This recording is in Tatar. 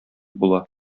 була